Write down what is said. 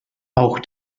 auch